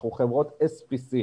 אנחנו חברות SPC,